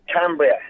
Cambria